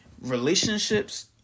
Relationships